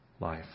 life